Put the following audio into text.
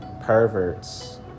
perverts